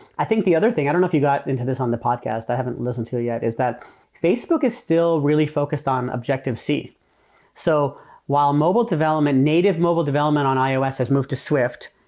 i think the other thing, i don't know if you got into this on the podcast. i haven't listened to it yet, is that facebook is still really focused on objective-c. so while mobile development, native mobile development on ios has moved to swift,